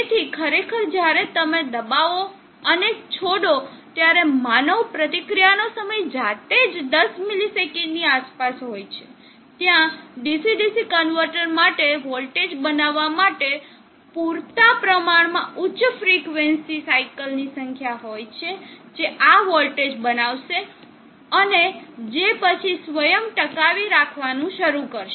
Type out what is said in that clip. તેથી ખરેખર જ્યારે તમે દબાવો અને છોડો ત્યારે માનવ પ્રતિક્રિયાનો સમય જાતે જ 10 મિલીસેકન્ડની આસપાસ હોય છે ત્યાં DC DC કન્વર્ટર માટે વોલ્ટેજ બનાવવા માટે પૂરતા પ્રમાણમાં ઉચ્ચ ફ્રિકવન્સી સાઇકલની સંખ્યા હોય છે જે આ વોલ્ટેજ બનાવશે અને જે પછી સ્વયં ટકાવી રાખવાનું શરૂ કરશે